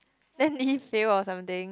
then did he fail or something